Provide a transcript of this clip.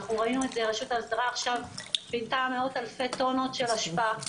אנחנו ראינו את זה רשות ההסדרה עכשיו פינתה מאות אלפי טונות של אשפה.